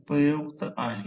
ही गोष्ट दिली आहे